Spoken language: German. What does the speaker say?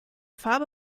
farbe